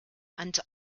and